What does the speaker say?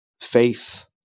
faith